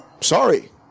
Sorry